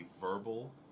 verbal